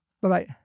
Bye-bye